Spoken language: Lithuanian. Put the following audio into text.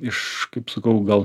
iš kaip sakau gal